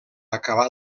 acabar